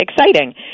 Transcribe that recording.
exciting